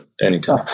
anytime